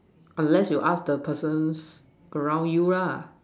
unless you ask the person around you lah